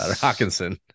Hawkinson